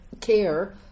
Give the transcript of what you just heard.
care